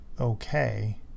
okay